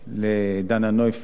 לדנה נויפלד,